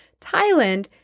Thailand